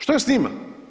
Što je s njima?